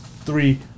Three